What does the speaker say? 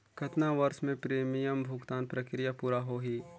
कतना वर्ष मे प्रीमियम भुगतान प्रक्रिया पूरा होही?